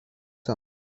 some